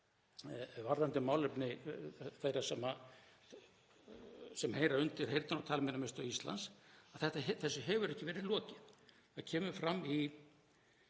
varðandi málefni þeirra sem heyra undir Heyrnar- og talmeinastöð Íslands að þessu hefur ekki verið lokið. Það kemur fram í